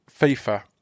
FIFA